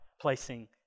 placing